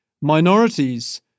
minorities